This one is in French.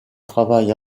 travaille